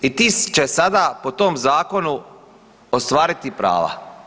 I ti će sada po tom zakonu ostvariti prava.